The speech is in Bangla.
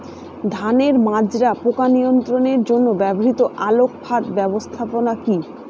ধানের মাজরা পোকা নিয়ন্ত্রণের জন্য ব্যবহৃত আলোক ফাঁদ ব্যবস্থাপনা কি?